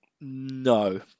No